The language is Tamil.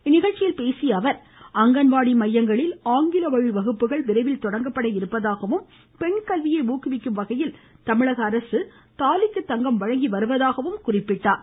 இந்நிகழ்ச்சியில் பேசிய அவர் அங்கன்வாடி மையங்களில் ஆங்கில வழி வகுப்புகள் விரைவில் தொடங்கப்பட உள்ளதாகவும் பெண்கல்வியை ஊக்குவிக்கும் வகையில் தமிழக அரசு தாலிக்கு தங்கம் வழங்கி வருவதாகவும் கூறினார்